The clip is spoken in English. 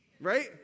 Right